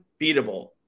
beatable